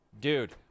Dude